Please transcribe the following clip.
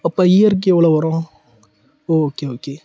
அப்போ இயருக்கு எவ்வளோ வரும் ஓகே ஓகே